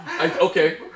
Okay